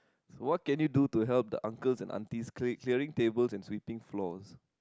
so what can you do to help the uncles and aunties quick cleaning tables and sweeping floors